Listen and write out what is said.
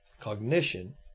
cognition